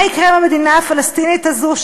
מה יקרה אם המדינה הפלסטינית הזו,